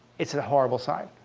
it's a horrible sign.